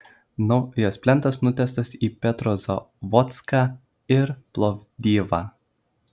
naujas plentas nutiestas į petrozavodską ir plovdivą